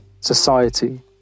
society